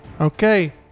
Okay